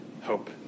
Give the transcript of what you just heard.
hope